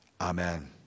amen